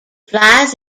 flies